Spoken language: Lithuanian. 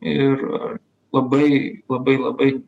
ir labai labai labai